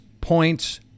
points